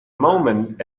moment